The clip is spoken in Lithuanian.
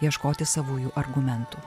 ieškoti savųjų argumentų